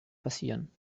passieren